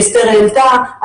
שאסתר העלתה,